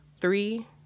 Three